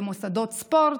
במוסדות ספורט,